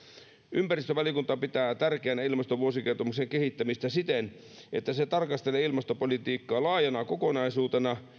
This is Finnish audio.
ympäristövaliokunta pitää tärkeänä ilmastovuosikertomuksen kehittämistä siten että se tarkastelee ilmastopolitiikkaa laajana kokonaisuutena